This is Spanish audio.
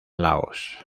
laos